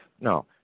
No